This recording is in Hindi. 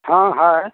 हाँ है